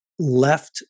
left